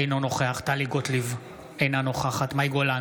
אינו נוכח טלי גוטליב, אינה נוכחת מאי גולן,